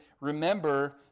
remember